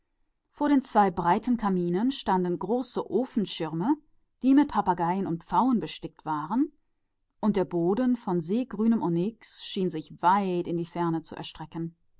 vor zwei großen kaminen standen mächtige schirme die mit papageien und pfauen bestickt waren und der boden aus meergrünem onyx schien sich weit in die ferne zu